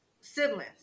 siblings